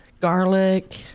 garlic